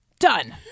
done